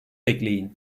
ekleyin